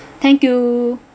thank you